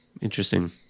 Interesting